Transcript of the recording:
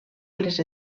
les